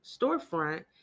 storefront